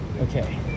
Okay